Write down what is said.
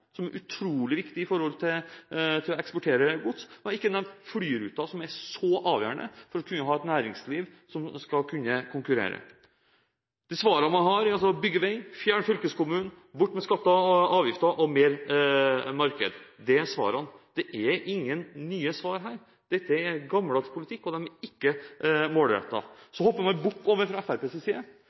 som er så avgjørende for et næringsliv som skal kunne konkurrere, er ikke nevnt. De svarene man har, er: Bygg vei, fjern fylkeskommunen, bort med skatter og avgifter, mer marked. Det er ingen nye svar her. Dette er gammeldags politikk, og den er ikke målrettet. Så hopper man fra Fremskrittspartiets side over